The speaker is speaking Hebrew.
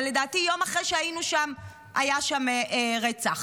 ולדעתי, יום אחרי שהיינו שם היה שם רצח,